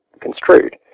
construed